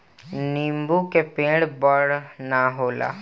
नीबू के पेड़ बड़ ना होला